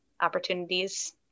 opportunities